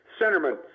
Centerman